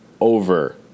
over